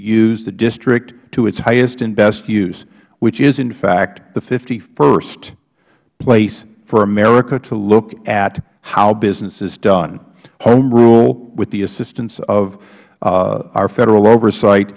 use the district to its highest and best use which is in fact the st place for america to look at how business is done home rule with the assistance of our federal oversight